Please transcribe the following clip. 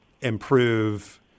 improve